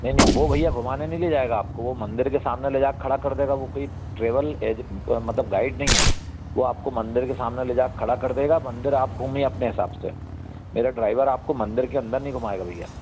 नहीं नहीं वो भैया घुमाने नहीं ले जाएगा आपको वो मंदिर के सामने ले जा कर खड़ा कर देगा वो कोई ट्रेवल मतलब गाइड नहीं है वो आपको मंदिर के सामने ले जा कर खड़ा कर देगा मंदिर आप घूमिए अपने हिसाब से मेरा ड्राइवर आपको मंदिर के अंदर नहीं घुमाएगा भैया